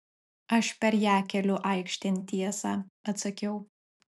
aš per ją keliu aikštėn tiesą atsakiau